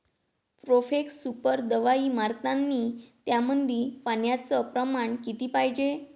Profex super दवाई मारतानी त्यामंदी पान्याचं प्रमाण किती पायजे?